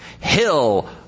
hill